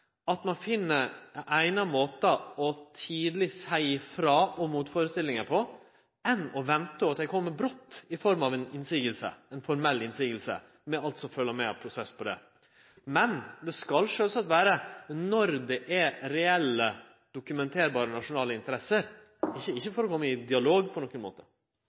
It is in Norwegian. at ein tidleg finn eigna måtar å seie frå om motførestillingar på enn å vente, slik at dei kjem brått og i form av ei formell motsegn, med alt som følgjer med i ein slik prosess. Men det skal sjølvsagt vere når det er reelle dokumenterbare nasjonale interesser , ikkje for å kome i dialog på nokon måte.